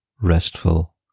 restful